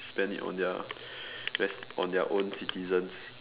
spend it on their less on their own citizens